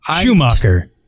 Schumacher